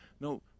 no